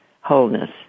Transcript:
wholeness